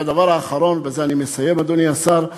הדבר האחרון, ובזה אני מסיים, אדוני השר: